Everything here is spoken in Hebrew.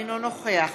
אינו נוכח